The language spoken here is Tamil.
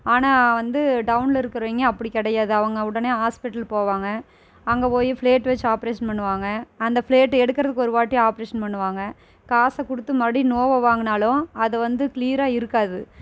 ஆனால் வந்து டவுனில் இருக்கிறவங்க அப்படி கிடையாது அவங்க உடனே ஹாஸ்பெட்டல் போவாங்க அங்கே போய் ப்ளேட் வச்சு ஆபரேஷன் பண்ணுவாங்க அந்த ப்ளேட் எடுக்குறதுக்கு ஒருவாட்டி ஆபரேஷன் பண்ணுவாங்க காசை கொடுத்து மறுபடியும் நோயை வாங்கினாலும் அது வந்து க்ளிராக இருக்காது